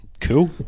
Cool